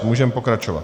Můžeme pokračovat.